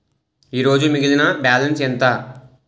ఈరోజు మిగిలిన బ్యాలెన్స్ ఎంత?